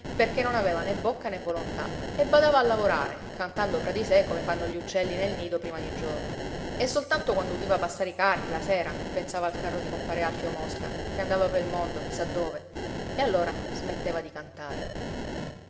perché non aveva né bocca né volontà e badava a lavorare cantando fra di sé come fanno gli uccelli nel nido prima di giorno e soltanto quando udiva passare i carri la sera pensava al carro di compare alfio mosca che andava pel mondo chi sa dove e allora smetteva di cantare